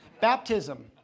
Baptism